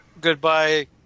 goodbye